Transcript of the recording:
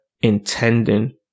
intending